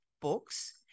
books